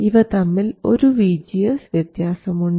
ഇവ തമ്മിൽ ഒരു VGS വ്യത്യാസമുണ്ട്